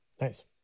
Nice